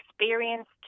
experienced